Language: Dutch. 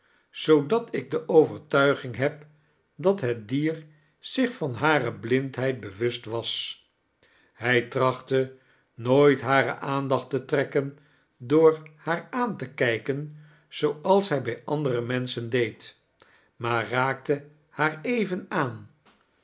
zoodat ik de overtuiging heb dat het dier zich van hare blindheid bewust was hij traohtte nooit hare aandacht te trekken door haar aan te kijken zooals hij bij andere mensohen deed maar raakte haar even aan